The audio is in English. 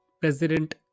President